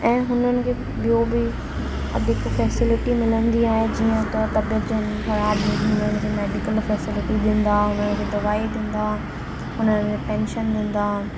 ऐं हुननि खे ॿियो बि अधिक फैसिलिटी मिलंदी आहे जीअं त तबियत जंहिंजी ख़राब हुई उन्हनि खे मैडिकल फैसिलिटी ॾींदा हुननि खे दवाई ॾींदा हुननि पैंशन ॾींदा